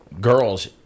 Girls